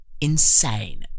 Insane